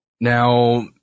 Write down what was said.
Now